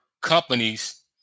companies